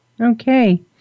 Okay